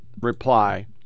reply